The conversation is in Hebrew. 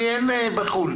אין בחו"ל,